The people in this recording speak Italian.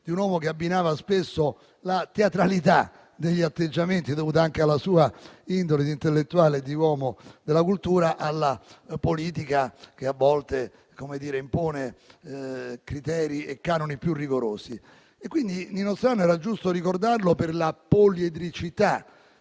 di un uomo che abbinava spesso la teatralità degli atteggiamenti, dovuta anche alla sua indole di intellettuale e di uomo della cultura, alla politica, che a volte impone criteri e canoni più rigorosi. Quindi non solo era giusto ricordarlo per la poliedricità